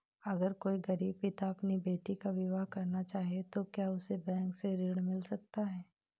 अगर कोई गरीब पिता अपनी बेटी का विवाह करना चाहे तो क्या उसे बैंक से ऋण मिल सकता है?